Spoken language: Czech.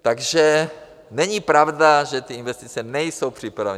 Takže není pravda, že ty investice nejsou připravené.